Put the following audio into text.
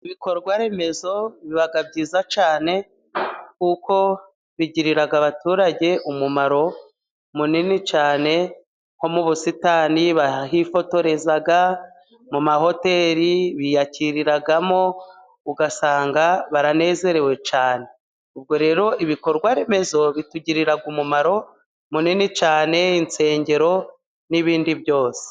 Ibikorwa remezo bibaga byiza cyane kuko bigirira abaturage umumaro munini cyane. Nko mu busitani barahifotoreza, mu mahoteli biyakiriramo ugasanga baranezerewe cyane. Ubwo rero ibikorwa remezo bitugirira umumaro munini cyane, insengero n'ibindi byose.